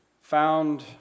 found